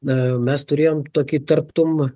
na mes turėjom tokį tarptum